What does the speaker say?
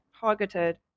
targeted